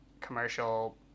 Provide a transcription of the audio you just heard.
commercial